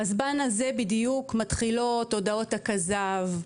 בזמן הזה בדיוק מתחילות הודעות הכזב,